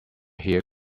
hear